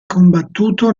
combattuto